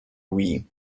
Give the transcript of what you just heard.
wii